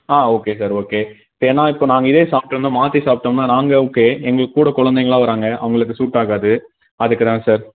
ஆ okay sir okay ஏனால் இப்போ நாங்கள் இதே சாப்பிட்டோன்னா மாற்றி சாப்பிட்டோம்னா நாங்கள் ஓகே எங்கள் கூட கொழந்தைங்கள்லாம் வராங்க அவர்களுக்கு சூட்டாகாது அதுக்கு தான் சார்